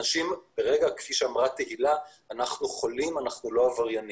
כפי שאמרה תהילה, אנחנו חולים, אנחנו לא עבריינים.